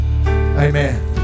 amen